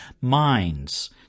Minds